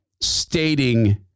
stating